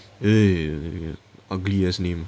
eh ugly ass name